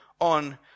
on